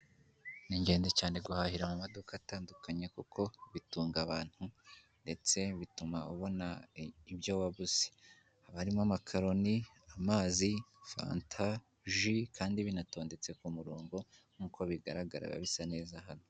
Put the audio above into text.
Ni igenzi cyane guhahira mumaduka atandukanye kuko bitunga abantu, ndetse bituma ubona ibyo wabuze, haba harimo amakaroni, amazi, fanta, ji, kandi binatondetse ku murongo nkuko bigaragara biba bisa neza hano .